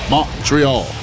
Montreal